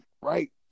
right